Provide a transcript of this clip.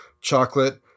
chocolate